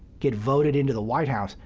get voted into the white house,